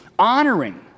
honoring